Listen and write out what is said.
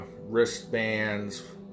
wristbands